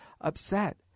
upset